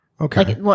Okay